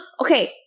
okay